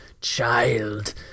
child